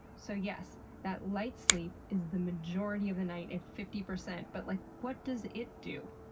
so yes, that light sleep is the majority of the night at fifty percent but, like what does it do?